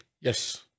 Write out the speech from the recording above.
Yes